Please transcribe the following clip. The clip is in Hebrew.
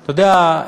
אתה יודע,